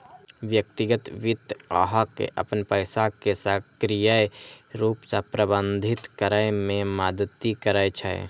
व्यक्तिगत वित्त अहां के अपन पैसा कें सक्रिय रूप सं प्रबंधित करै मे मदति करै छै